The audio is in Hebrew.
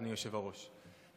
אדוני היושב-ראש,